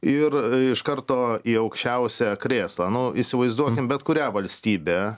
ir iš karto į aukščiausią krėslą nu įsivaizduokim bet kurią valstybę